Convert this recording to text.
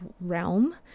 realm